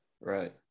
Right